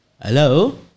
hello